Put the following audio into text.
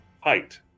height